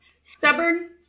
stubborn